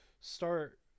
start